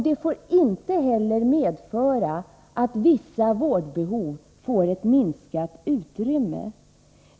Det får inte heller medföra att vissa vårdbehov får ett minskat utrymme.